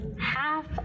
half